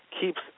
keeps